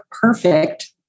perfect